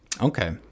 Okay